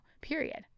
period